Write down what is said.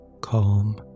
Calm